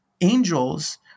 angels